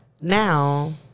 now